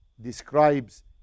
describes